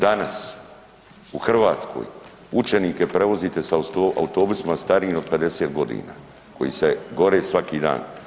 Danas, u Hrvatskoj učenike prevozite s autobusima starijim od 50 godina koji se gore svaki dan.